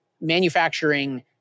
manufacturing